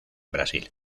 brasil